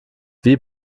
wie